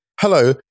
hello